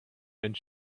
and